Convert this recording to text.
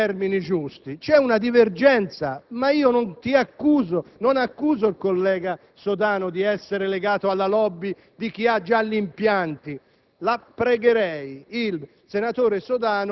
riportiamo la discussione nei termini giusti: c'è una divergenza, ma non accuso il collega Sodano di essere legato alla *lobby* di chi ha già gli impianti.